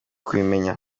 kubimenya